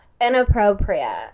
inappropriate